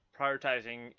prioritizing